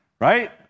Right